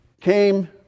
came